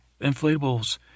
Inflatables